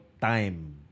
time